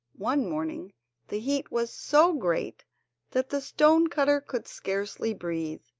one morning the heat was so great that the stone-cutter could scarcely breathe,